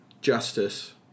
justice